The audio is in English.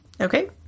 Okay